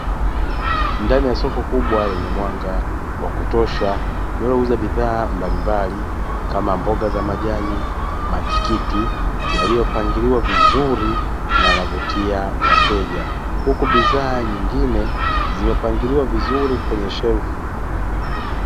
Ndani ya soko kubwa lenye mwanga wa kutosha, linalouza bidhaa mbalimbali kama mboga za majani, matikiti yaliyopangiliwa vizuri na yanavutia wateja. Huku bidhaa nyingine zimepangiliwa vizuri kwenye shelfu.